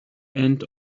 and